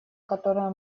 который